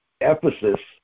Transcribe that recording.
Ephesus